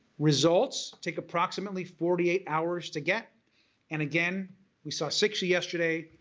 results take approximately forty eight hours to get and again we saw sixty yesterday,